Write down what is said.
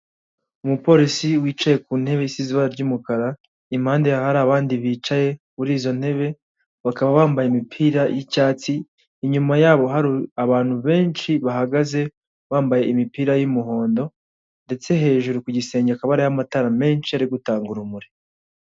Umupolisi wicaye ku ntebe isize ibara ry'umukara, impande ye hari abandi bicaye muri izo ntebe, bakaba bambaye imipira y'icyatsi, inyuma yabo hari abantu benshi bahagaze bambaye imipira y'umuhondo, ndetse hejuru ku gisenge hakaba hariyo amatara menshi ari gutanga urumuri.